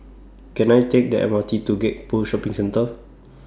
Can I Take The M R T to Gek Poh Shopping Centre